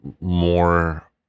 more